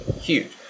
Huge